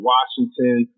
Washington